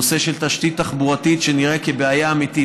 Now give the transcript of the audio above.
נושא של תשתית תחבורתית שנראה כבעיה אמיתית.